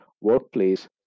workplace